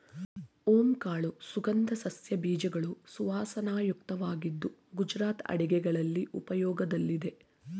ಓಂ ಕಾಳು ಸುಗಂಧ ಸಸ್ಯ ಬೀಜಗಳು ಸುವಾಸನಾಯುಕ್ತವಾಗಿದ್ದು ಗುಜರಾತ್ ಅಡುಗೆಗಳಲ್ಲಿ ಉಪಯೋಗದಲ್ಲಿದೆ